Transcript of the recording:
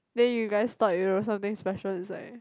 then you guys thought you know something special inside